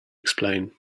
explain